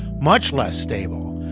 much less stable.